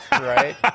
right